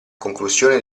conclusione